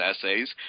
essays